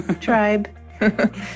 tribe